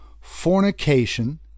fornication